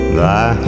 thy